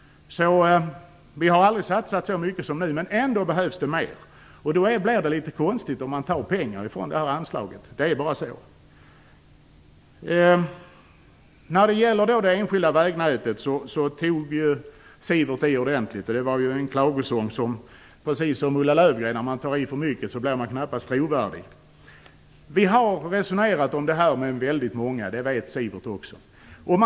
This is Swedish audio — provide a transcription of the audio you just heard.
Vi har aldrig satsat så mycket som nu, men det behövs ändå mer. Då blir det litet konstigt om man tar pengar ifrån detta anslag. Det är bara så. Sivert Carlsson tog i ordentligt när det gäller det enskilda vägnätet. Det var en klagosång. När man tar i för mycket, precis som Ulla Löfgren, blir man knappast trovärdig. Vi har resonerat om denna fråga med väldigt många. Det vet Sivert Carlsson också.